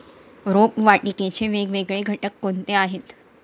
रोपवाटिकेचे वेगवेगळे घटक कोणते आहेत?